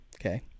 Okay